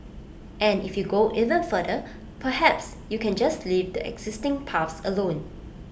and if you go even further perhaps you can just leave the existing paths alone